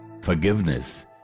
forgiveness